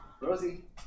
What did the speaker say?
Rosie